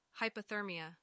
Hypothermia